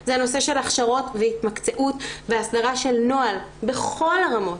הוא הנושא של הכשרות והתמקצעות והסדרה של נוהל בכל הרמות.